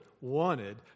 wanted